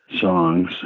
songs